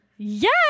Yes